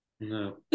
No